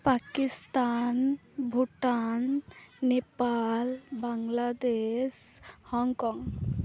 Pakistan Bhutan Nepal Bangladesh Hong Kong